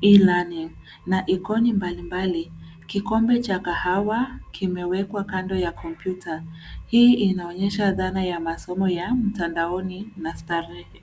e-learning na ikoni mbalimbali. Kikombe cha kahawa kimewekwa kando ya kompyuta. Hii inaonyesha dhana ya masomo ya mtandaoni na starehe.